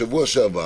בשבוע שעבר